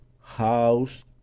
house